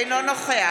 אינו נוכח